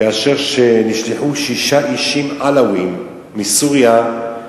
כאשר נשלחו שישה אישים עלאווים מסוריה,